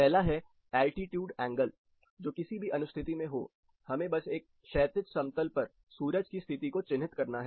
पहला है altitude angle जो किसी भी अनुस्थिति में हो हमें बस एक क्षैतिज समतल पर सूरज की स्थिति को चिन्हित करना है